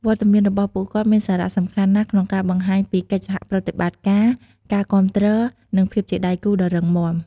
វត្តមានរបស់ពួកគាត់មានសារៈសំខាន់ណាស់ក្នុងការបង្ហាញពីកិច្ចសហប្រតិបត្តិការ ការគាំទ្រ និងភាពជាដៃគូដ៏រឹងមាំ។